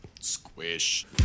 Squish